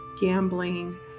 gambling